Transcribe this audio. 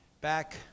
back